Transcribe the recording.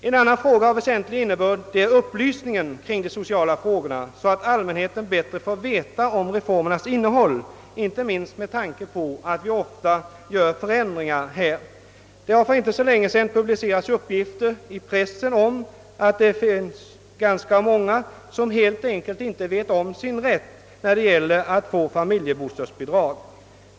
En annan väsentlig sak är upplysningen kring de sociala frågorna. Allmänheten måste få bättre reda på re formernas innehåll, inte minst med tanke på att vi så ofta gör förändringar på dessa områden. För inte så länge sedan har i pressen publicerats uppgifter om att det finns ganska många som helt enkelt inte känner till sin rätt när det gäller att få familjebostadsbidrag.